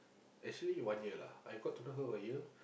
actually one year lah I got to know her a year